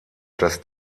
das